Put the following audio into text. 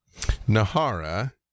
Nahara